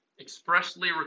expressly